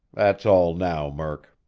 that's all now, murk.